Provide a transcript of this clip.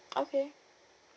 okay